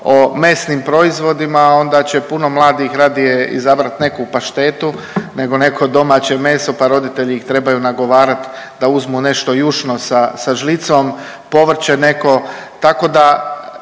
o mesnim proizvodima onda će puno mladih radije izabrat neku paštetu nego domaće meso pa roditelji ih trebaju nagovarat da uzmu nešto jušno sa žlicom, povrće neko, tako da